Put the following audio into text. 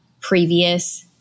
previous